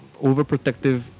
overprotective